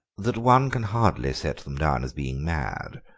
that one can hardly set them down as being mad.